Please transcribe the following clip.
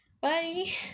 bye